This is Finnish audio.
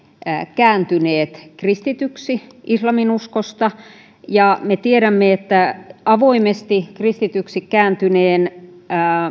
kääntyneet kristityiksi islaminuskosta ja me tiedämme että avoimesti kristityksi kääntyneen